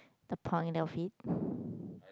the point of it